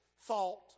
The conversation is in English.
thought